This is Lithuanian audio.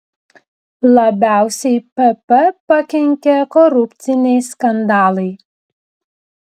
labiausiai pp pakenkė korupciniai skandalai